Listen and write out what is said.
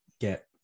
get